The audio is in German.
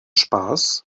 spaß